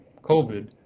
COVID